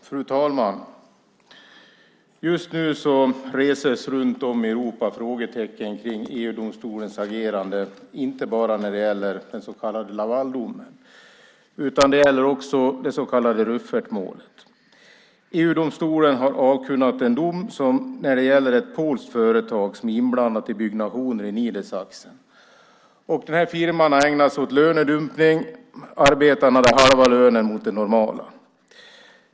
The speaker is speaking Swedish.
Fru talman! Just nu reses runt om i Europa frågetecken om EG-domstolens agerande inte bara när det gäller den så kallade Lavaldomen utan också i det så kallade Rüffertmålet. EG-domstolen har avkunnat en dom gällande ett polskt företag som är inblandat i byggnationer i Niedersachsen. Firman har ägnat sig åt lönedumpning. Arbetarna får halva lönen mot det normala.